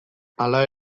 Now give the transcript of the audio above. hala